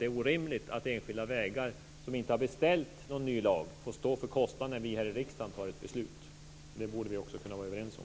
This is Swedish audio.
Det är orimligt att ägare av enskilda vägar, som inte har beställt någon ny lag, får stå för kostnaden när vi här i riksdagen fattar ett beslut. Det borde vi också kunna vara överens om.